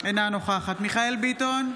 אינה נוכחת מיכאל מרדכי ביטון,